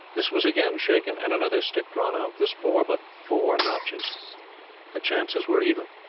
this was again shaken and another stick drawn out this bore but four notches the chances were even.